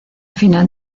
final